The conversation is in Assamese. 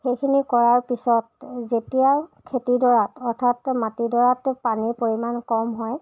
সেইখিনি কৰাৰ পিছত যেতিয়া খেতিডৰা অৰ্থাৎ মাটিডৰাত পানীৰ পৰিমাণ কম হয়